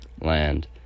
land